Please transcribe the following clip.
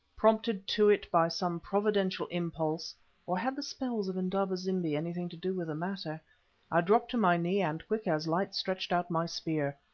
prompted to it by some providential impulse or had the spells of indaba-zimbi anything to do with the matter i dropped to my knee, and quick as light stretched out my spear.